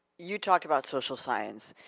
you talked about social science.